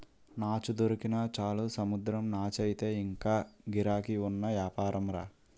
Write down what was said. నాచు దొరికినా చాలు సముద్రం నాచయితే ఇంగా గిరాకీ ఉన్న యాపారంరా